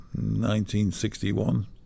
1961